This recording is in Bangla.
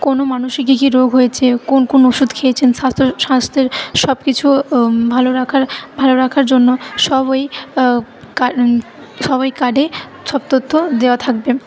কোনো মানুষই কী কী রোগ হয়েছে কোন কোন ওষুধ খেয়েছেন স্বাস্থ্য স্বাস্থ্যের সব কিছু ভালো রাখার ভালো রাখার জন্য সব ওই কার সব ওই কার্ডে সব তথ্য দেওয়া থাকবে